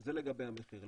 זה לגבי המחיר.